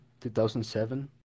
2007